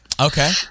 okay